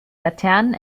laternen